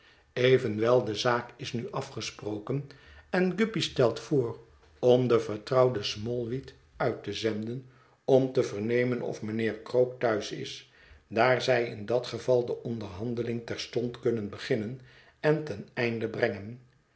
evenwel de zaak is nu afgesproken en guppy stelt voor om den vertrouwden smallweed uit te zenden om te vernemen of mijnheer krook thuis is daar zij in dat geval de onderhandeling terstond kunnen beginnen en ten einde brengen